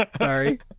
Sorry